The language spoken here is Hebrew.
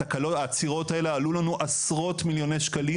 העצירות האלה עלו לנו עשרות מיליוני שקלים,